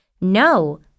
No